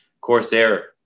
corsair